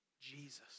Jesus